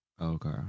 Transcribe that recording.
Okay